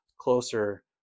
closer